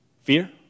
Fear